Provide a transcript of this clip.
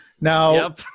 Now